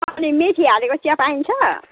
अनि मेथी हालेको चिया पाइन्छ